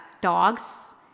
dogs